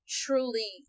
truly